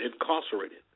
incarcerated